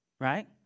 Right